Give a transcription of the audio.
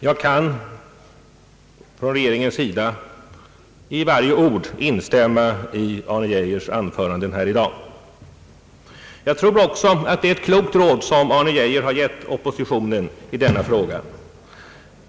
Jag kan från regeringens sida i varje ord instämma i herr Arne Geijers anföranden här i dag. Jag tror också att det är ett klokt råd som herr Arne Geijer har gett oppositionen i denna fråga.